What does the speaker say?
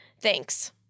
Thanks